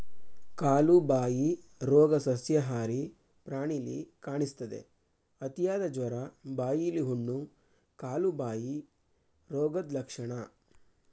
ಕಾಲುಬಾಯಿ ರೋಗ ಸಸ್ಯಾಹಾರಿ ಪ್ರಾಣಿಲಿ ಕಾಣಿಸ್ತದೆ, ಅತಿಯಾದ ಜ್ವರ, ಬಾಯಿಲಿ ಹುಣ್ಣು, ಕಾಲುಬಾಯಿ ರೋಗದ್ ಲಕ್ಷಣ